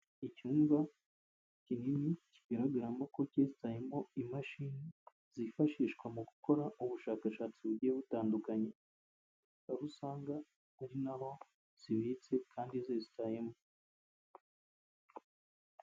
Icyumba kinini kigaragaramo ko cyesitayemo imashini zifashishwa mu gukora ubushakashatsi bugiye butandukanye, aho usanga ari na ho zibitse kandi zesitayemo.